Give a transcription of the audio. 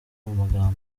amagambo